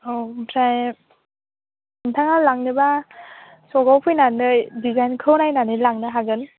औ ओमफ्राय नोंथाङा लांनोब्ला स'खआव फैनानै डिजाइनखौ नायनानै लांनो हागोन